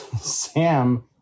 Sam